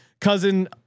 cousin